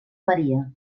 maria